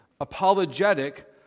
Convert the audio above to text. apologetic